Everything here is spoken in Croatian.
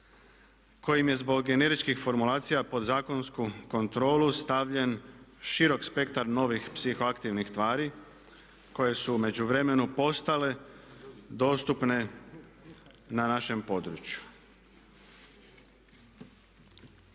Kojim je zbog generičkih formulacija pod zakonsku kontrolu stavljen širok spektar novih psihoaktivnih tvari koje su u međuvremenu postale dostupne na našem području.